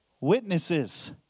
witnesses